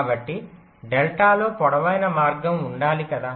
కాబట్టి డెల్టాలో పొడవైన మార్గం ఉండాలి కదా